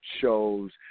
shows